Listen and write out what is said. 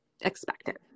expected